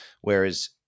Whereas